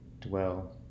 dwell